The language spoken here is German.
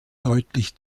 deutlich